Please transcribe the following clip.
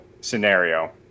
scenario